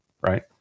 Right